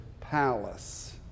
palace